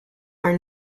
are